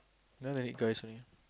none only guys only